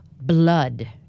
blood